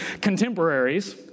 contemporaries